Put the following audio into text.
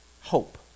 hope